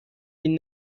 این